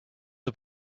are